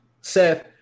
Seth